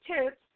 tips